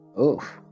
Oof